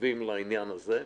תקציבים לעניין הזה.